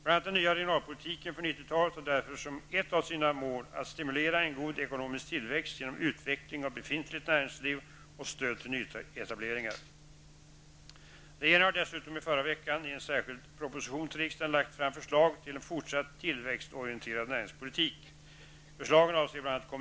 Bl.a. den nya regionalpolitiken för 90-talet har därför som ett av sina mål att stimulera en god ekonomisk tillväxt genom utveckling av befintligt näringsliv och stöd till nyetableringar. Regeringen har dessutom i förra veckan i en särskild proposition till riksdagen lagt fram förslag till en fortsatt tillväxtorienterad näringspolitik.